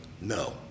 No